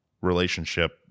relationship